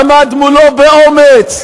עמד מולו באומץ,